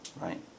Right